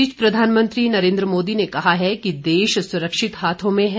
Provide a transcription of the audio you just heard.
इस बीच प्रधानमंत्री नरेन्द्र मोदी ने कहा है कि देश सुरक्षित हाथों में है